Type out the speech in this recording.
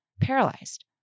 paralyzed